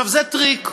זה טריק.